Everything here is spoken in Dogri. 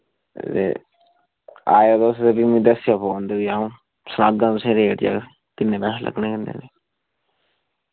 ते आएओ तुस ते फ्ही मी दस्सेओ फोन ते फ्ही अ'ऊं सनाह्गा तुसेंगी रेट जे किन्ने पैसे लग्गने किन्ने नेईं